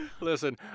Listen